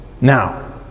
now